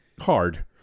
hard